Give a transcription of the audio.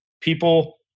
people